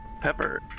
Pepper